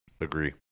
Agree